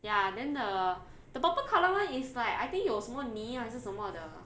ya then the the purple colour [one] is like I think 有什么泥还是什么的